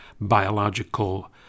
biological